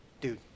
dude